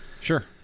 sure